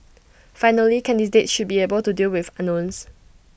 finally candidates should be able to deal with unknowns